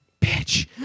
bitch